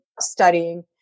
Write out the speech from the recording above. studying